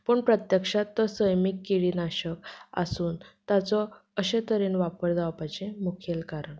पूण प्रत्यक्षांत तो सैमीक किडी नाशक आसून ताचो अशे तरेन वापर जावपाचें मुखेल कारण